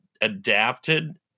adapted